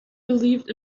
believed